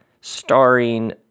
starring